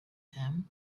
him